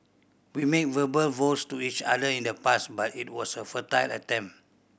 we made verbal vows to each other in the past but it was a futile attempt